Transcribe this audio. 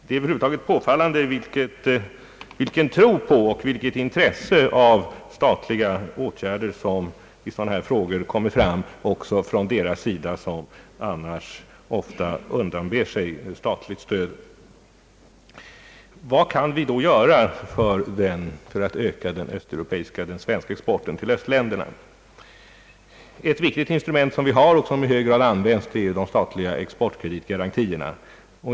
Det är över huvud taget påfallande vilken tro på och vilket intresse för statliga åtgärder, som i sådana frågor visas från personer som annars ofta undanber sig statligt stöd. Vad kan vi då göra för att öka den svenska exporten till östländerna? Ett viktigt instrument som står till vårt förfogande och som i hög grad används är de statliga exportkreditgarantierna.